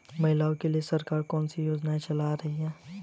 महिलाओं के लिए सरकार कौन सी योजनाएं चला रही है?